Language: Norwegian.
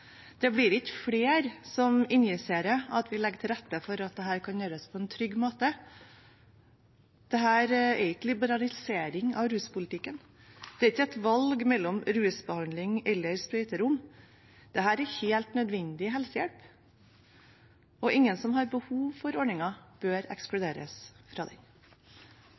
Det blir ikke flere som injiserer av at vi legger til rette for at dette kan gjøres på en trygg måte. Dette er ikke liberalisering av ruspolitikken. Det er ikke et valg mellom rusbehandling eller sprøyterom. Dette er helt nødvendig helsehjelp, og ingen som har behov for ordningen, bør ekskluderes fra den.